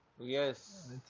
Yes